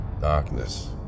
Darkness